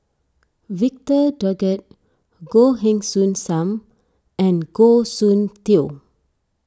Victor Doggett Goh Heng Soon Sam and Goh Soon Tioe